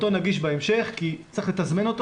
אותו נגיש בהמשך כי צריך לתזמן אותו